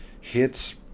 hits